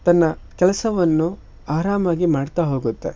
ತನ್ನ ಕೆಲಸವನ್ನು ಆರಾಮಾಗಿ ಮಾಡ್ತಾ ಹೋಗತ್ತೆ